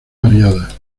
variadas